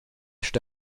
sto